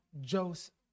Joseph